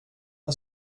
jag